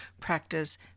practice